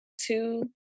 two